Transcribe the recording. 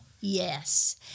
Yes